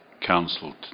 council